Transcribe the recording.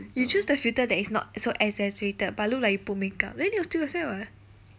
you choose the filter that is not so exaggerated but look like you put makeup then they will still accept [what]